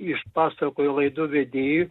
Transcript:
išpasakojo laidų vedėjui